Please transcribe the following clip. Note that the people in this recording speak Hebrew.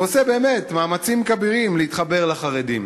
והוא עושה באמת מאמצים כבירים להתחבר לחרדים.